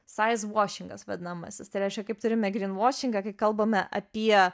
saizvošingas vadinamasis tai reiškia kaip turime grinvošingą kai kalbame apie